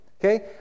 Okay